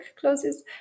closes